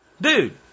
dude